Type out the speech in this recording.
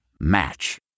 Match